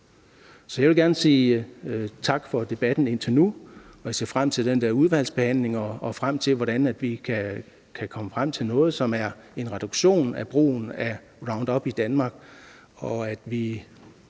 Så jeg vil gerne sige tak for debatten indtil nu. Jeg ser frem til udvalgsbehandlingen, og jeg ser frem til, at vi kommer frem til noget, som kan være en reduktion af brugen af Roundup i Danmark, og må sige,